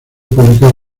publicar